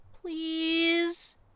please